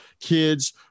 kids